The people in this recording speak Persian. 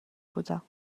بودم